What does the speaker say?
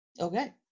Okay